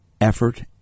effort